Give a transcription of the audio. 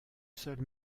seule